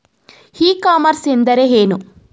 E commerce ಎಂದರೆ ಏನು?